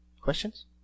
Questions